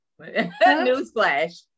newsflash